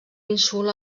insult